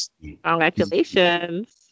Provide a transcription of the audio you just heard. Congratulations